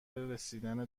رسیدن